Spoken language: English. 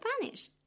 Spanish